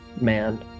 man